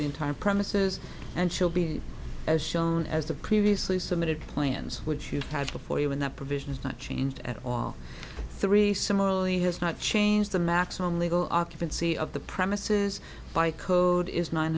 the entire premises and she'll be as shown as the previously submitted plans which you had before you and that provision is not changed at all three similarly has not changed the maximum legal occupancy of the premises by code is nine